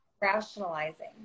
rationalizing